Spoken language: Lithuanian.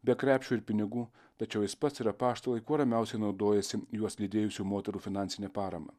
be krepšio ir pinigų tačiau jis pats ir apaštalai kuo ramiausiai naudojasi juos lydėjusių moterų finansine parama